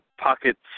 pockets